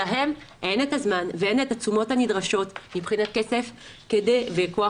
להם אין את הזמן ואין את התשומות הנדרשות מבחינת כסף וכוח